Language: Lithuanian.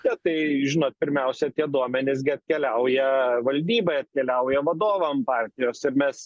kad tai žinot pirmiausia tie duomenys gi atkeliauja valdybai atkeliauja vadovam partijos ir mes